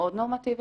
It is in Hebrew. מאוד נורמטיבי,